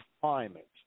climate